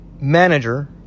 manager